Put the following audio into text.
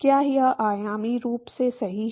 क्या यह आयामी रूप से सही है